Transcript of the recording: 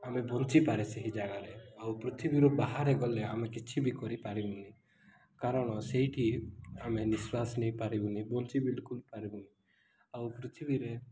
ଆମେ ବଞ୍ଚିପାରେ ସେହି ଜାଗାରେ ଆଉ ପୃଥିବୀରୁ ବାହାରେ ଗଲେ ଆମେ କିଛି ବି କରିପାରିବୁନି କାରଣ ସେଇଠି ଆମେ ନିଶ୍ୱାସ ନେଇପାରିବୁନି ବଞ୍ଚି ବିଲକୁଲ ପାରିବୁନି ଆଉ ପୃଥିବୀରେ